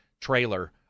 Trailer